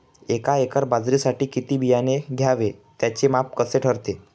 एका एकर बाजरीसाठी किती बियाणे घ्यावे? त्याचे माप कसे ठरते?